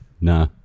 nah